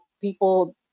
people